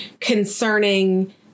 concerning